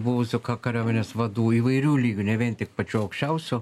buvusių kariuomenės vadų įvairių lygių ne vien tik pačių aukščiausių